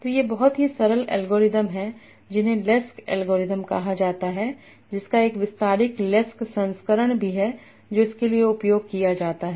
तो ये बहुत ही सरल एल्गोरिदम हैं जिन्हें लेस्क एल्गोरिथम कहा जाता है इसका एक विस्तारित लेस्क संस्करण भी है जो इसके लिए उपयोग किया जाता है